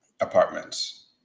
apartments